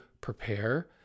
prepare